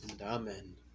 Amen